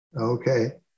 Okay